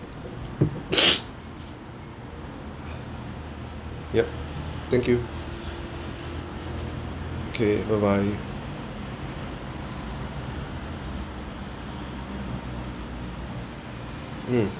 yup thank you okay bye bye mm